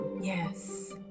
Yes